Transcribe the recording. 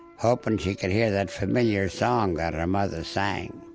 hoping she could hear that familiar song that and her mother sang